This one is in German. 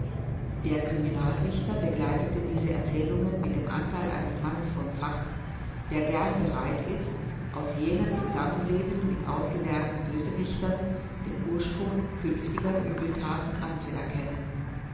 der criminalrichter begleitete diese erzählungen mit dem antheil eines mannes von fach der gern bereit ist aus jenem zusammenleben mit ausgelernten bösewichtern den ursprung künftiger uebelthaten anzuerkennen